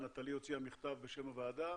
נטלי הוציאה מכתב בשם הוועדה,